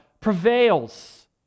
prevails